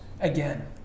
again